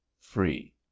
free